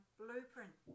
blueprint